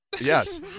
yes